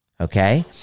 Okay